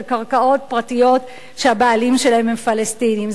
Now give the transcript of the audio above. קרקעות פרטיות שהבעלים שלהן הם פלסטינים.